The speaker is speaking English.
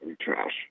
trash